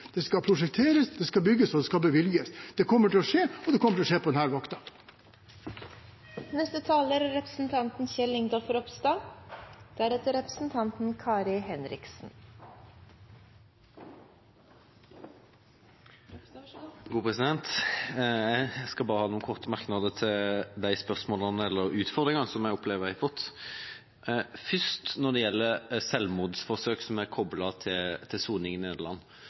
Det skal prosjekteres, det skal bygges, og det skal bevilges. Det kommer til å skje, og det kommer til å skje på denne vakten. Jeg skal bare komme med noen korte merknader til de utfordringene som jeg opplever at jeg har fått. Når det gjelder selvmordsforsøk som er koblet til soning i Nederland: